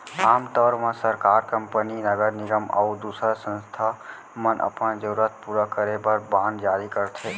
आम तौर म सरकार, कंपनी, नगर निगम अउ दूसर संस्था मन अपन जरूरत पूरा करे बर बांड जारी करथे